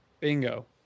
Bingo